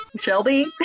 Shelby